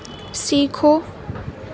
سیکھو